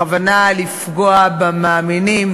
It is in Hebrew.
בכוונה לפגוע במאמינים,